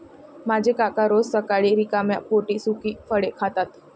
माझे काका रोज सकाळी रिकाम्या पोटी सुकी फळे खातात